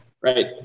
right